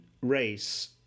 race